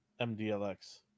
MDLX